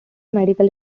medical